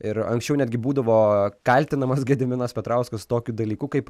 ir anksčiau netgi būdavo kaltinamas gediminas petrauskas tokiu dalyku kaip